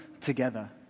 together